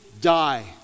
die